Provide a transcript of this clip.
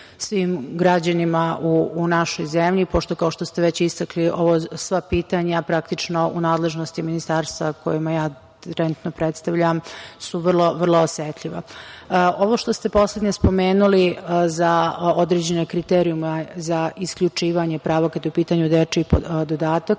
svim građanima u našoj zemlji, pošto, kao što ste već istakli, sva pitanja praktično u nadležnosti Ministarstva koje ja trenutno predstavljam, su vrlo osetljiva. Ovo što ste poslednje spomenuli za određene kriterijume za isključivanje prava kada je u pitanju dečiji dodatak,